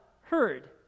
heard